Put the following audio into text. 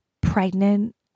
pregnant